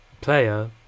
player